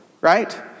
right